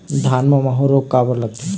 धान म माहू रोग काबर लगथे?